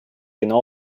genau